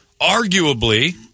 arguably